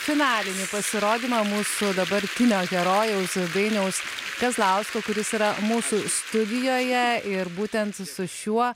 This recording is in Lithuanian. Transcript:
finalinį pasirodymą mūsų dabartinio herojaus ir dainiaus kazlausko kuris yra mūsų studijoje ir būtent su šiuo